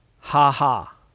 ha-ha